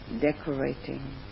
decorating